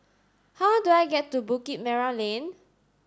how do I get to Bukit Merah Lane